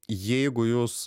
jeigu jūs